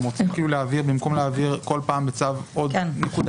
הם גם רוצים במקום להעביר כל פעם בצו עוד נקודה